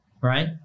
right